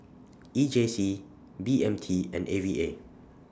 E J C B M T and A V A